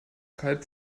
kalb